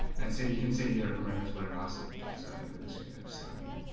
and so you can see here it remembers where it last left off. so let's start again.